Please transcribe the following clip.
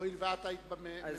אבל הואיל ואת היית בממשלה,